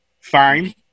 fine